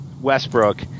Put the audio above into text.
Westbrook